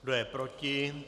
Kdo je proti?